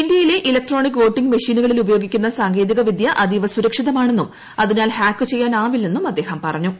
ഇന്ത്യയിലെ electronic voting മെഷീനുകളിൽ ഉപയോഗിക്കുന്ന സാങ്കേതികവിദ്യ അതീവ സുക്ഷിതമാണെന്നും അതിനാൽ ഹാക്ക് ചെയ്യാനാവില്ലെന്നും അദ്ദേഹം പറഞ്ഞു